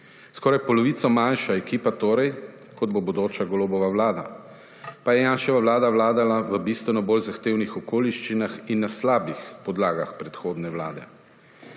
Skoraj polovico manjša ekipa torej, kot bo bodoča Golobova vlada. Pa je Janševa vlada vladala v bistveno bolj zahtevnih okoliščinah in na slabih podlagah predhodne vlade.